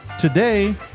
today